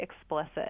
explicit